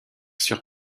sur